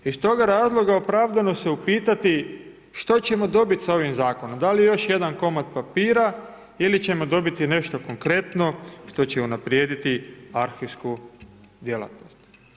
Iz toga razloga opravdano se upitati što ćemo dobiti sa ovim zakonom, da li još jedan komad papira ili ćemo dobiti nešto konkretno što će unaprijediti arhivsku djelatnost.